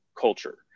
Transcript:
culture